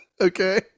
Okay